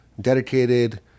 dedicated